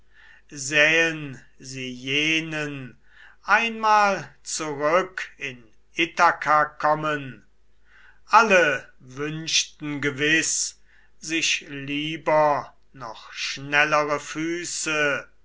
sähen sie jenen einmal zurück in ithaka kommen alle wünschten gewiß sich lieber noch schnellere füße